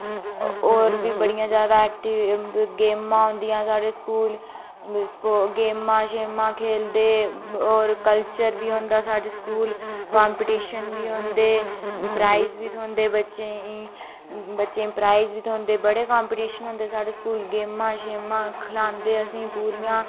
होर बी बड़ियां गेमां होंदियां साढ़े स्कूल गेमां खेलदे होर कल्चर बी होंदा साढ़े स्कूल कंपीटीशन बी होंदे प्राईज़ बी थ्होंदे बच्चें ई बच्चें गी प्राईज़ बी थ्होंदे ते बड़े कंपीटीशन होंदे साढ़े स्कूल गेमां खलांदे असें गी पूरियां